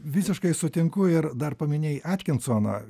visiškai sutinku ir dar paminėjai atkinsoną